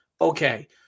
okay